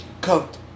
coat